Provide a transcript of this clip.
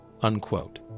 unquote